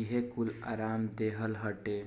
इहे कूल आराम देहल हटे